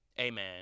Amen